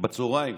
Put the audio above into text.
בצוהריים